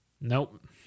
Nope